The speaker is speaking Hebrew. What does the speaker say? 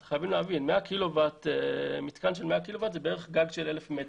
צריך להבין שמתקן של 100 קילוואט זה גג של כ-1,000 מטר.